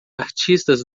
artistas